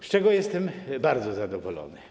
Z czego jestem bardzo zadowolony?